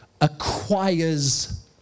acquires